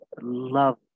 love